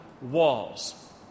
walls